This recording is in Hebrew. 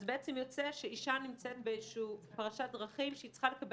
אז יוצא שאישה נמצאת באיזושהי פרשת דרכים שהיא צריכה לקבל